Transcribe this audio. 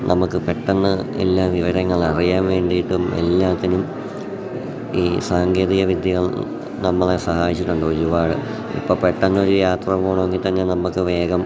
ന പെട്ടെന്ന് എല്ലാ വിവരങ്ങളറിയാൻ വേണ്ടിയിട്ടും എല്ലാറ്റിനും ഈ സാങ്കേതികവിദ്യ നമ്മളെ സഹായിച്ചിട്ടുണ്ടൊരുപാട് ഇപ്പം പെട്ടെന്നൊരു യാത്ര പോകണമെങ്കിൽ തന്നെ നമുക്ക് വേഗം